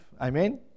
amen